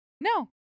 No